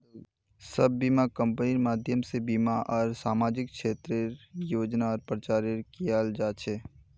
सब बीमा कम्पनिर माध्यम से बीमा आर सामाजिक क्षेत्रेर योजनार प्रचार कियाल जा छे